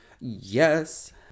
Yes